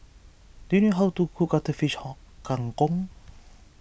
do you know how to cook Cuttlefish Kang Kong